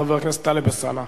חבר הכנסת טלב אלסאנע.